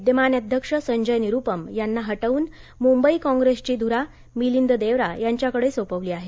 विद्यमान अध्यक्ष संजय निरुपम यांना हटवून मुंबई काँप्रेसची ध्ररा मिलिंद देवरा यांच्याकडे सोपवली आहे